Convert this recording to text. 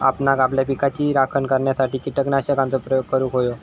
आपणांक आपल्या पिकाची राखण करण्यासाठी कीटकनाशकांचो प्रयोग करूंक व्हयो